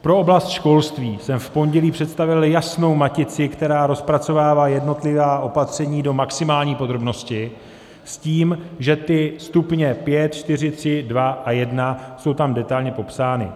Pro oblast školství jsem v pondělí představil jasnou matici, která rozpracovává jednotlivá opatření do maximální podrobnosti, s tím, že ty stupně pět, čtyři, tři, dva a jedna jsou tam detailně popsány.